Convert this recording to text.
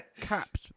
capped